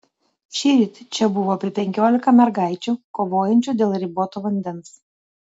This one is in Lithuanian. šįryt čia buvo apie penkiolika mergaičių kovojančių dėl riboto vandens